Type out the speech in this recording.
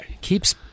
keeps